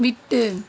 விட்டு